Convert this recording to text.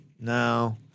no